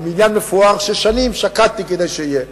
בניין מפואר ששנים שקדתי כדי שיהיה.